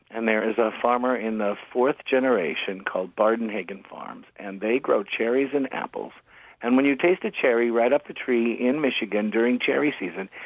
and there is a farm in the fourth generation called bardenhagen farms and they grow cherries and apples and when you taste a cherry right off the tree in michigan during cherry season,